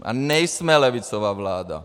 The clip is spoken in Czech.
A nejsme levicová vláda.